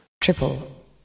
Triple